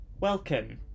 Welcome